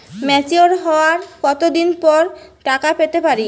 Mature হওয়ার কত দিন পর টাকা পেতে পারি?